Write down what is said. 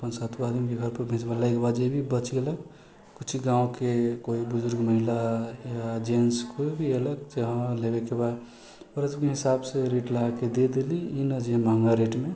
अऽ पाँच सात आदमीके घरपर भेजबेलाके बाद जे भी बचि गेलै कुछ गाँवके कोइ बुजुर्ग महिला जेन्स कोइ भी अयलक चाहे लेबैके ओकरा सभके हिसाबसँ रेट लगाके दे देली ई नहि जे महङ्गा रेटमे